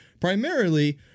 primarily